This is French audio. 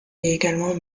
également